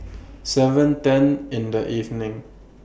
seven ten in The evening